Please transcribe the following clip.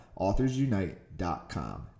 AuthorsUnite.com